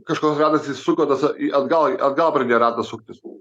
kažkoks ratas įsuko tas atgal į atgal pradėjo ratas suktis